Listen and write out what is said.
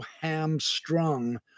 hamstrung